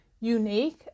unique